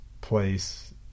place